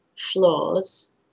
flaws